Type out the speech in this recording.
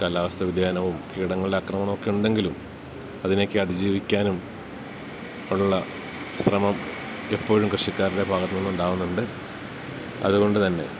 കാലാവസ്ഥാ വ്യതിയാനവും കീടങ്ങളുടെ ആക്രമണമൊക്കെ ഉണ്ടെങ്കിലും അതിനെയൊക്കെ അതിജീവിക്കാനും ഉള്ള ശ്രമം എപ്പോഴും കൃഷിക്കാരുടെ ഭാഗത്തു നിന്നുണ്ടാവുന്നുണ്ട് അതുകൊണ്ടുതന്നെ